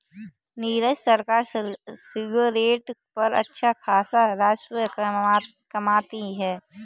नीरज सरकार सिगरेट पर अच्छा खासा राजस्व कमाती है